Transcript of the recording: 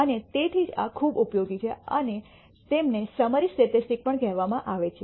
અને તેથી જ આ ખૂબ ઉપયોગી છે અને તેમને સમરી સ્ટેટિસ્ટિક્સ પણ કહેવામાં આવે છે